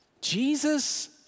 Jesus